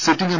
sitting M